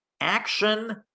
Action